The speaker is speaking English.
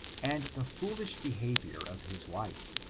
and the foolish behaviour of his wife.